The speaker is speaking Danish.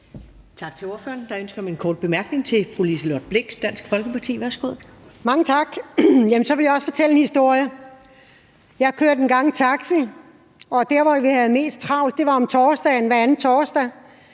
Tak til ordføreren. Der er ønske om en kort bemærkning fra fru Liselott Blixt, Dansk Folkeparti. Værsgo. Kl. 20:52 Liselott Blixt (DF): Mange tak. Så vil jeg også fortælle en historie. Jeg kørte engang taxi, og der, hvor vi havde mest travlt, var hver anden torsdag.